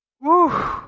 Woo